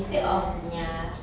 mm ya